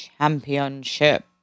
Championship